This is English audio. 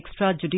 extrajudicial